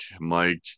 Mike